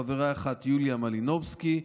חברה אחת: יוליה מלינובסקי,